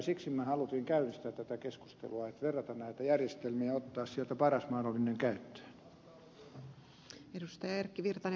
siksi minä halusin käynnistää tätä keskustelua että verrataan näitä järjestelmiä ja otetaan sieltä paras mahdollinen käyttöön